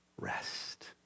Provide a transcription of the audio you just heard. rest